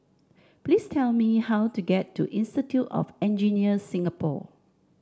please tell me how to get to Institute of Engineer Singapore